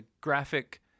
graphic